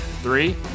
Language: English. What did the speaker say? Three